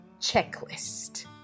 checklist